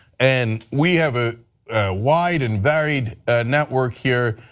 and we have a wide and varied network here,